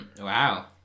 wow